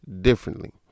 differently